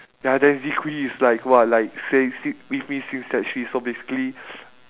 ya then zee-kwee is like !wah! like same s~ with me since sec three so basically